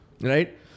Right